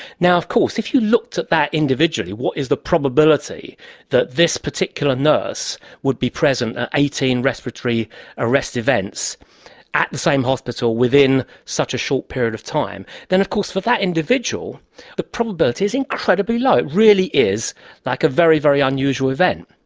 of course if you looked at that individually what is the probability that this particular nurse would be present at eighteen respiratory arrest events at the same hospital within such a short period of time then of course for that individual the probability is incredibly low. it really is like a very, very unusual event.